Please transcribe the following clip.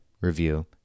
review